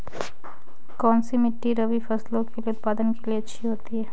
कौनसी मिट्टी रबी फसलों के उत्पादन के लिए अच्छी होती है?